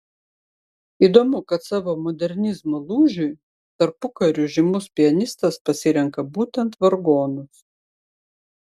įdomu kad savo modernizmo lūžiui tarpukariu žymus pianistas pasirenka būtent vargonus